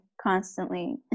Constantly